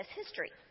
history